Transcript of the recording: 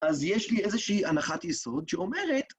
אז יש לי איזושהי הנחת יסוד שאומרת...